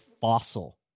fossil